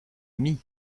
mie